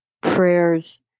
prayers